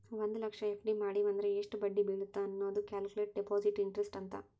ಒಂದ್ ಲಕ್ಷ ಎಫ್.ಡಿ ಮಡಿವಂದ್ರ ಎಷ್ಟ್ ಬಡ್ಡಿ ಬೇಳತ್ತ ಅನ್ನೋದ ಕ್ಯಾಲ್ಕುಲೆಟ್ ಡೆಪಾಸಿಟ್ ಇಂಟರೆಸ್ಟ್ ಅಂತ